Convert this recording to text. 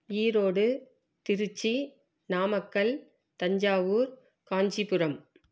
Erode Tiruchi Namakkal Thanjavur Kanchipuram